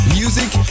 music